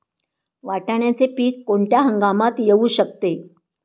वाटाण्याचे पीक कोणत्या हंगामात येऊ शकते?